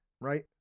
right